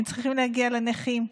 הם צריכים להגיע לנכים,